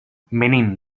venim